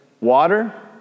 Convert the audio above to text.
water